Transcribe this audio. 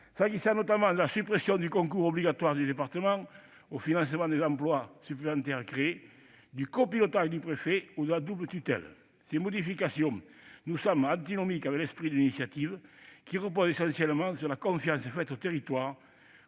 s'agissant notamment de la suppression du concours obligatoire des départements au financement des emplois supplémentaires créés, du copilotage du préfet ou de la double tutelle. Ces modifications nous semblent antinomiques de l'esprit de l'initiative, qui repose essentiellement sur la confiance faite aux territoires